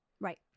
Right